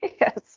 Yes